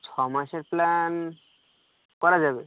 ছ মাসের প্ল্যান করা যাবে